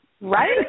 Right